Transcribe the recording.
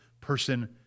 person